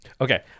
Okay